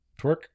Twerk